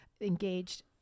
engaged